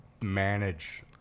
manage